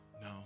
no